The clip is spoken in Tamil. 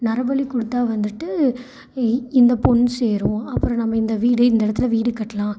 நரபலி கொடுத்தா வந்துவிட்டு இ இந்த பொன் சேரும் அப்புறம் நம்ம இந்த வீடு இந்த இடத்துல வீடு கட்டலாம்